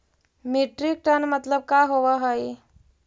Metric ton मतलब का होव हइ?